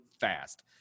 fast